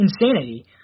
insanity